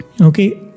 Okay